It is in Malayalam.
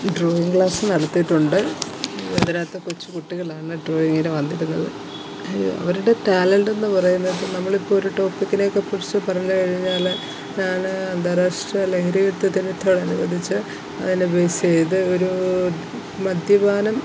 ഡ്രോയിങ് ക്ലാസ് നടത്തിയിട്ടുണ്ട് അതിനകത്ത് കൊച്ചുകുട്ടികളാണ് ഡ്രോയിങ്ങിന് വന്നിരുന്നത് അവരുടെ ടാലെൻറ്റെന്ന് പറയുന്നത് നമ്മളിപ്പോള് ഒരു ടോപ്പിക്കിനെയൊക്കെ കുറിച്ച് പറഞ്ഞുകഴിഞ്ഞാല് ഞാന് അന്താരാഷ്ട്ര ലഹരിവിരുദ്ധ ദിനത്തോടനുബന്ധിച്ച് അതിനെ ബേസേയ്ത് ഒരൂ മദ്യപാനം